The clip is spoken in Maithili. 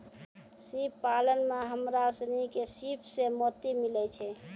सिप पालन में हमरा सिनी के सिप सें मोती मिलय छै